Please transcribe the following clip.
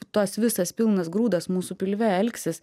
tas visas pilnas grūdas mūsų pilve elgsis